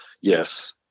Yes